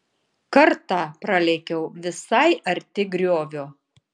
kartą pralėkiau visai arti griovio